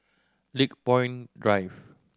Lakepoint Drive